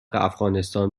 افغانستان